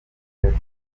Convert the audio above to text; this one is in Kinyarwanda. airtel